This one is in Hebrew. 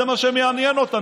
זה מה שמעניין אותם.